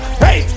hey